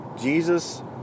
Jesus